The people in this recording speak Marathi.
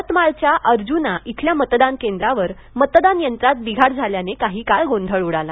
यवतमाळच्या अर्जुना इथल्या मतदान केंद्रावर मतदान यंत्रात बिघाड झाल्याने काही काळ गोंधळ उडाला